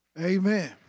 Amen